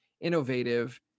innovative